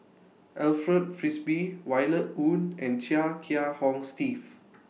Alfred Frisby Violet Oon and Chia Kiah Hong Steve